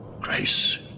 Grace